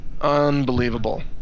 unbelievable